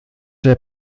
der